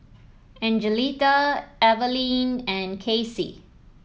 Angelita Evalyn and Cassie